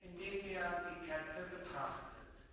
indem er die kette betrachtet